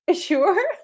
Sure